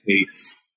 case